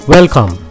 Welcome